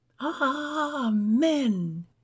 amen